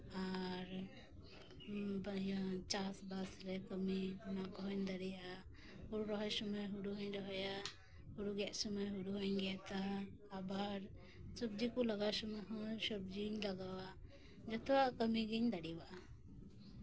ᱟᱨ ᱵᱟᱹᱭᱦᱟᱹᱲ ᱪᱟᱥᱵᱟᱥ ᱨᱮ ᱠᱟᱹᱢᱤ ᱚᱱᱟᱠᱚᱦᱩᱸᱧ ᱫᱟᱲᱮᱭᱟᱜᱼᱟ ᱦᱩᱲᱩ ᱨᱚᱦᱚᱭ ᱥᱚᱢᱚᱭ ᱦᱩᱲᱩ ᱦᱚᱸᱧ ᱨᱚᱦᱚᱭᱟ ᱦᱩᱲᱩ ᱜᱮᱫ ᱥᱚᱢᱚᱭ ᱦᱩᱲᱩ ᱦᱚᱸᱧ ᱜᱮᱛᱟ ᱟᱵᱟᱨ ᱥᱚᱵᱡᱤ ᱠᱚ ᱞᱟᱜᱟᱣ ᱥᱚᱢᱚᱭ ᱦᱚᱸ ᱥᱚᱵᱡᱤᱧ ᱞᱟᱜᱟᱣᱟ ᱡᱚᱛᱚᱣᱟᱜ ᱠᱟᱹᱢᱤ ᱜᱤᱧ ᱫᱟᱲᱮᱣᱟᱜᱼᱟ